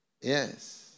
Yes